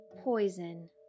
poison